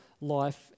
life